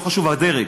לא חשוב הדרג,